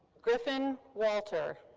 griffin walter.